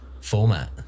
format